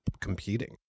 competing